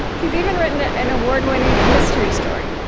he's even written ah an award-winning mystery story,